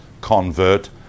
convert